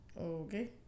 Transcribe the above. okay